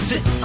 Sit